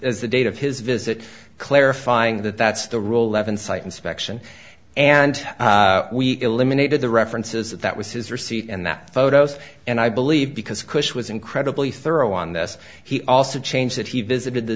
as the date of his visit clarifying that that's the role of insight inspection and we eliminated the references that that was his receipt and that photos and i believe because cush was incredibly thorough on this he also change that he visited the